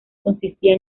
consistía